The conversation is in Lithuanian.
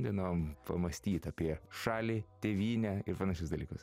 dienom pamąstyt apie šalį tėvynę ir panašius dalykus